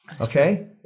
Okay